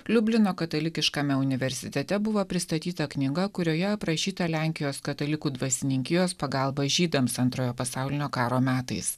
liublino katalikiškame universitete buvo pristatyta knyga kurioje aprašyta lenkijos katalikų dvasininkijos pagalba žydams antrojo pasaulinio karo metais